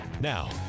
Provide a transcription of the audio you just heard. Now